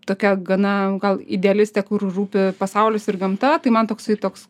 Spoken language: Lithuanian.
tokia gana gal idealistė kur rūpi pasaulis ir gamta tai man toksai toks